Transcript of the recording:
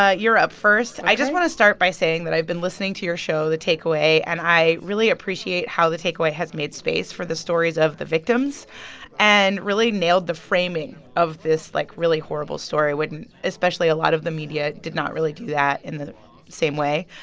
ah you're up first ok i just want to start by saying that i've been listening to your show the takeaway, and i really appreciate how the takeaway has made space for the stories of the victims and really nailed the framing of this, like, really horrible story when especially a lot of the media did not really do that in the same way.